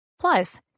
Plus